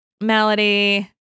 Melody